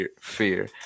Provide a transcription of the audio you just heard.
fear